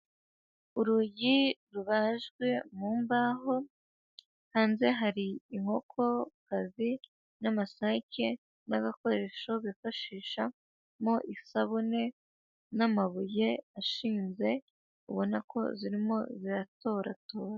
Urugi rubajwe mu mbaho, hanze hari inkokokazi n'amasake n'agakoresho bifashishamo isabune n'amabuye ashinze ubona ko zirimo ziratoratora.